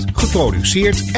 geproduceerd